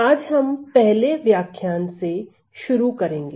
आज हम पहले व्याख्यान से शुरू करेंगे